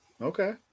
Okay